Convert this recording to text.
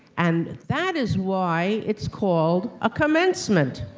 and that is why it's called a commencement.